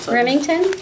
Remington